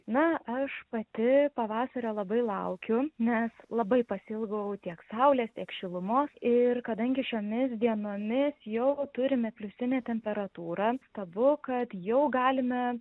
na aš pati pavasario labai laukiu nes labai pasiilgau tiek saulės tiek šilumos ir kadangi šiomis dienomis jau turime pliusinę temperatūrą tabu kad jau galime